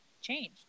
changed